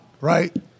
right